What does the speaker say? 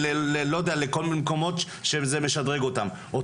ולמקומות שיכולים לשדרג אותם,